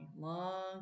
long